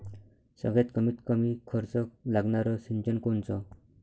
सगळ्यात कमीत कमी खर्च लागनारं सिंचन कोनचं?